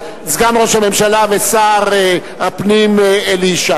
סגן ראש הממשלה ושר הפנים אלי ישי.